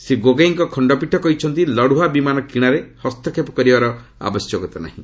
ଶ୍ରୀ ଗୋଗେଇଙ୍କ ଖଶ୍ଚପୀଠ କହିଛନ୍ତି ଲଢୁଆ ବିମାନ କିଣାରେ ହସ୍ତକ୍ଷେପ କରିବାର ଆବଶ୍ୟକତା ନାହିଁ